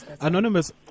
Anonymous